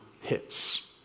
hits